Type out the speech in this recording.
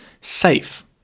safe